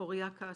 אוריה כספי.